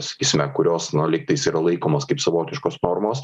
sakysime kurios na lygtais yra laikomos kaip savotiškos formos